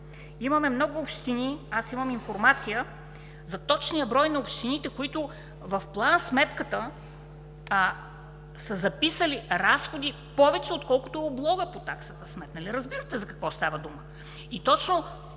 точно обратното. Аз имам информация за точния брой на общините, които в план-сметката са записали разходи повече, отколкото облога по таксата смет, нали разбирате за какво става дума?! И точно